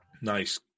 nice